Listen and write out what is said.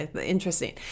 interesting